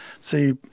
see